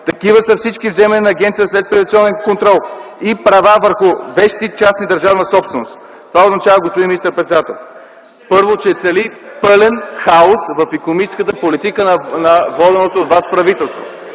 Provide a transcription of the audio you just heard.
Такива са всички вземания на Агенцията за следприватизационен контрол и права върху вещни части държавна собственост. Това означава, господин министър-председател, първо, че цари пълен хаос в икономическата политика на воденото от Вас правителство.